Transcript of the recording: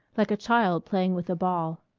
like a child playing with a ball.